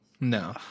No